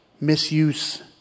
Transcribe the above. Misuse